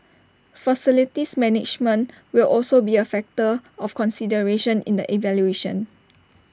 facilities management will also be A factor of consideration in the evaluation